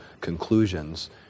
conclusions